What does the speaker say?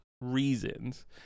reasons